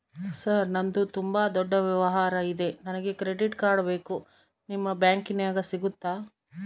Sir ನಂದು ತುಂಬಾ ದೊಡ್ಡ ವ್ಯವಹಾರ ಇದೆ ನನಗೆ ಕ್ರೆಡಿಟ್ ಕಾರ್ಡ್ ಬೇಕು ನಿಮ್ಮ ಬ್ಯಾಂಕಿನ್ಯಾಗ ಸಿಗುತ್ತಾ?